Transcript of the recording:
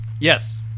Yes